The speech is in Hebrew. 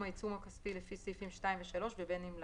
העיצום הכספי לפי סעיפים 2 ו-3 ובין אם לאו.